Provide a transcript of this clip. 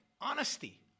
honesty